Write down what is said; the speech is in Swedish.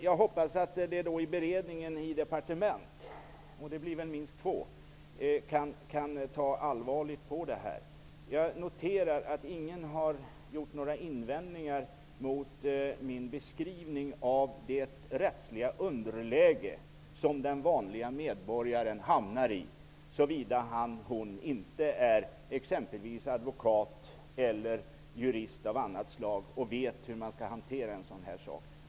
Jag hoppas att man vid beredning i departementen -- det blir väl minst två -- ser allvarligt på den här frågan. Jag noterar att ingen har gjort några invändningar mot min beskrivning av det rättsliga underläge som den vanlige medborgaren hamnar i, såvida han/hon inte är exempelvis advokat eller jurist av annat slag och därför vet hur en sådan här fråga skall hanteras.